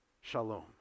shalom